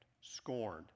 scorned